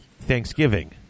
Thanksgiving